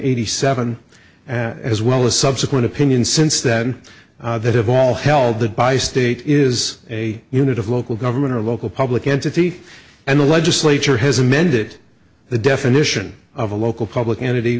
eighty seven and as well as subsequent opinion since then that have all held that by state is a unit of local government or local public entity and the legislature has amended the definition of a local public entity